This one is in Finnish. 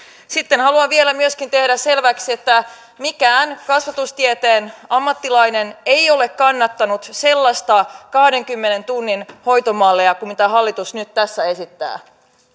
sitten haluan vielä myöskin tehdä selväksi että kukaan kasvatustieteen ammattilainen ei ole kannattanut sellaista kahdenkymmenen tunnin hoitomallia kuin mitä hallitus nyt tässä esittää